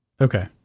Okay